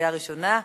בקריאה ראשונה.